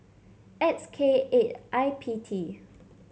X K eight I P T